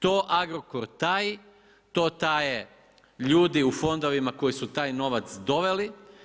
To Agrokor taji, to taje ljudi u fondovima koji su taj novac doveli.